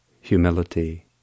humility